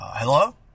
Hello